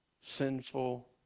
sinful